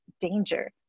danger